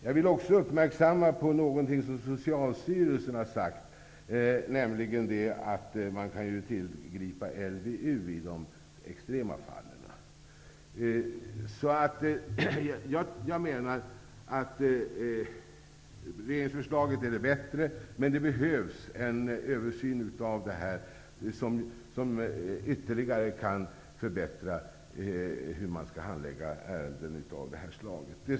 Jag vill också uppmärksamma något som Socialstyrelsen har sagt, nämligen att man kan tillgripa LVU i de extrema fallen. Jag menar att regeringsförslaget är det bättre, men det behövs en översyn som ytterligare kan förbättra handläggningar av det här slaget.